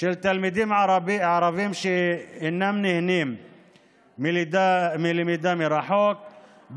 של תלמידים ערבים שאינם נהנים מלמידה מרחוק,